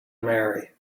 marry